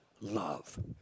love